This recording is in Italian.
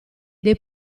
dei